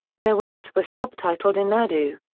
their words were subtitled in urdu.